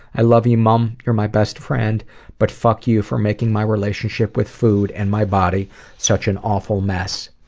i love you mom you're my best friend but fuck you for making my relationship with food and my body such an awful mess.